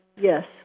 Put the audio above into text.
Yes